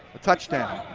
a touchdown.